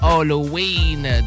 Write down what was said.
Halloween